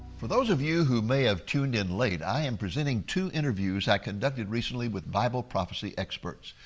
for those of you who may have tuned in late i am presenting two interview i conducted recently with bible prophecy experts.